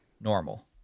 normal